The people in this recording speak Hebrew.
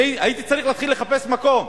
הייתי צריך להתחיל לחפש מקום,